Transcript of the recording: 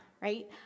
right